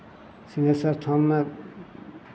सिंहेश्वर थानमे